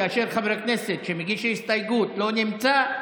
כאשר חבר כנסת שמגיש הסתייגות לא נמצא,